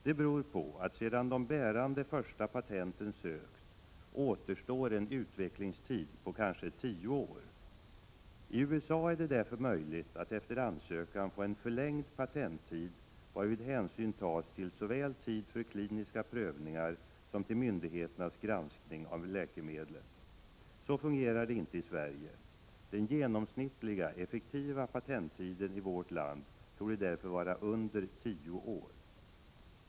Det beror på att sedan de bärande första patenten sökts återstår en utvecklingstid på kanske tio år. I USA är det därför möjligt att efter ansökan få en förlängd patenttid, varvid hänsyn tas såväl till tid för kliniska prövningar som till myndigheternas granskning av läkemedlet. Så fungerar det inte i Sverige. Den genomsnittliga effektiva patenttiden i vårt land torde därför understiga tio år.